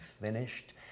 finished